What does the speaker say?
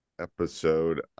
episode